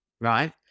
Right